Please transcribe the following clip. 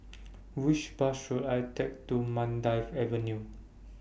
Which Bus should I Take to Mandai Avenue